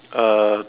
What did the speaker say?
uh